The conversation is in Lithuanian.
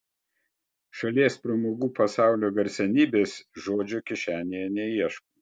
šalies pramogų pasaulio garsenybės žodžio kišenėje neieško